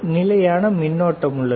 நிலையான மின்னோட்டம் உள்ளது